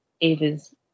Ava's